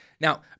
Now